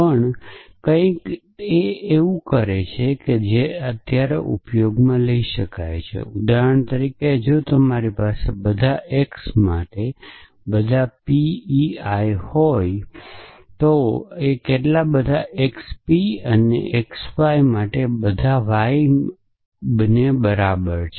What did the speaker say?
પણ કંઈક કે જે અમુક સમયે ઉપયોગમાં લેવાય છે તે ઉદાહરણ તરીકે જો તમારી પાસે બધા x માટે બધાં માટે p x y હોય છે તો આ બધા y માટે xp xy બરાબર છે